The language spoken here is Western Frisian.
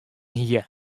hie